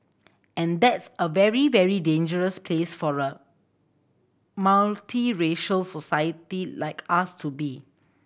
and that's a very very dangerous place for a multiracial society like us to be